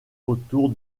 autour